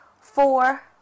four